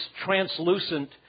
translucent